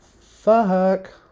fuck